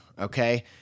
okay